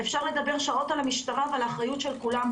אפשר לדבר שעות על המשטרה ועל האחריות של כולם.